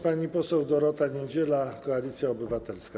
Pani poseł Dorota Niedziela, Koalicja Obywatelska.